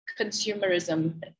consumerism